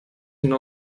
ihnen